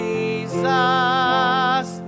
Jesus